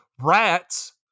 rats